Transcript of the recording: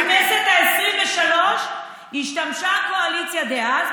בכנסת העשרים-ושלוש השתמשה הקואליציה דאז,